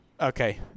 okay